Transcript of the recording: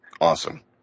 Awesome